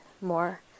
more